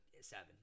seven